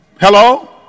Hello